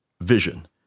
vision